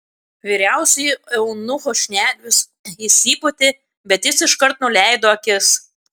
vyriausiojo eunucho šnervės išsipūtė bet jis iškart nuleido akis